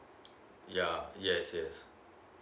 yeah yes yes